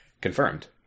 Confirmed